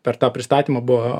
per tą pristatymą buvo